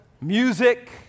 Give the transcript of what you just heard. music